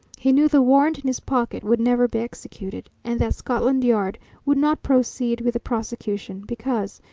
he knew the warrant in his pocket would never be executed, and that scotland yard would not proceed with the prosecution, because,